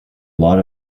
lot